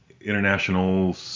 international